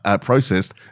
processed